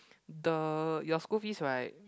the your school fees right